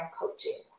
coaching